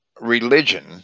religion